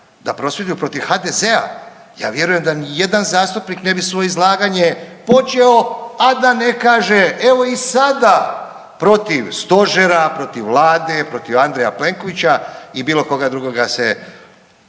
da prosvjeduju protiv HDZ-a ja vjerujem da nijedan zastupnik ne bi svoje izlaganje počeo, a da ne kaže evo i sada protiv stožera, protiv vlade, protiv Andreja Plenkovića i bilo koga drugoga se